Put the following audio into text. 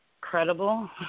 Credible